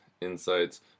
insights